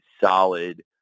solid